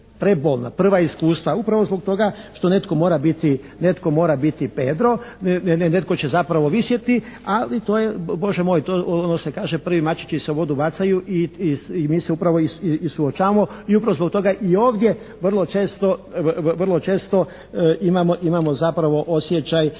prebolna prva iskustva upravo zbog toga što netko mora biti Pedro, netko će zapravo visjeti, ali to je Bože moj, ono što se kaže, prvi mačići se u vodu bacaju i mi se upravo i suočavamo i upravo samo od toga i ovdje vrlo često imamo zapravo osjećaj